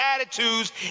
attitudes